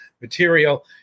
material